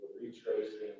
retracing